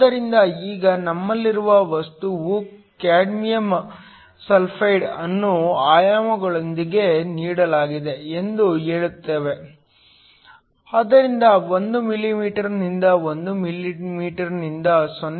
ಆದ್ದರಿಂದ ಈಗ ನಮ್ಮಲ್ಲಿರುವ ವಸ್ತುವು ಕ್ಯಾಡ್ಮಿಯಮ್ ಸಲ್ಫೈಡ್ ಅನ್ನು ಆಯಾಮಗಳೊಂದಿಗೆ ನೀಡಲಾಗಿದೆ ಎಂದು ಹೇಳುತ್ತೇವೆ ಆದ್ದರಿಂದ 1 ಮಿಲಿಮೀಟರ್ನಿಂದ 1 ಮಿಲಿಮೀಟರ್ನಿಂದ 0